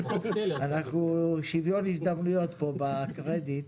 אנחנו שווין הזדמנויות פה בקרדיט.